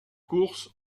courses